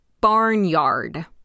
barnyard